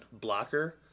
blocker